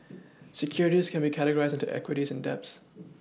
Securities can be categorized into equities and debts